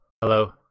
hello